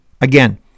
Again